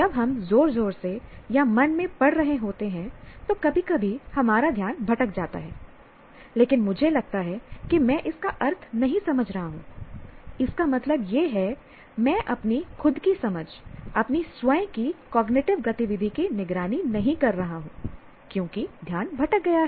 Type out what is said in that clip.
जब हम जोर जोर से या मन में पढ़ रहे होते हैं तो कभी कभी हमारा ध्यान भटक जाता है लेकिन मुझे लगता है कि मैं इसका अर्थ नहीं समझ रहा हूं इसका मतलब यह है मैं अपनी खुद की समझ अपनी स्वयं की कॉग्निटिव गतिविधि की निगरानी नहीं कर रहा हूं क्योंकि ध्यान भटक गया है